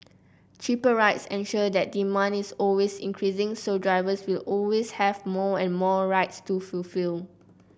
cheaper rides ensure that demand is always increasing so drivers will always have more and more rides to fulfil